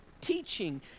teaching